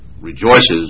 rejoices